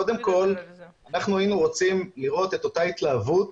קודם כול, את אותה התלהבות